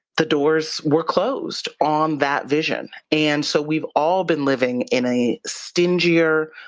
the doors were closed on that vision, and so we've all been living in a stingier,